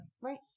Right